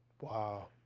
Wow